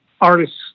artists